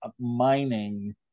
mining